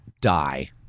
die